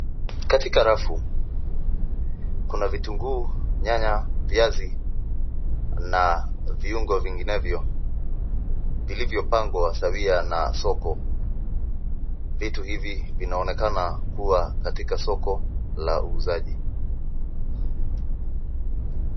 Katika rafu Kuna vitunguu, nyanya, viazi na viungo vinginevyo vilivyopangwa sawia na soko. Vitu hivi vinaonekana kuwa katika soko la uuzaji.